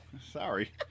Sorry